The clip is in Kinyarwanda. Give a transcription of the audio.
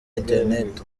internet